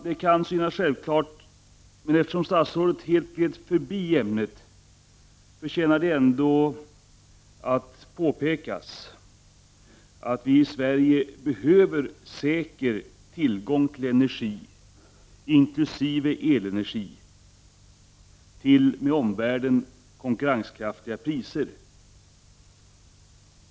Det kan synas självklart men eftersom statsrådet helt gled förbi ämnet förtjänar det ändå att påpekas att vi i Sverige behöver säker tillgång till energi, inkl. elenergi, till med omvärlden konkurrenskraftiga priser.